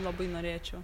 labai norėčiau